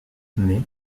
mais